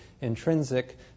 intrinsic